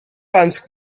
fans